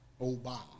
Obama